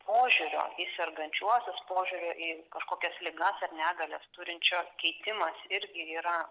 požiūrio į sergančiuosius požiūrio į kažkokias ligas ar negalias turinčio keitimas irgi yra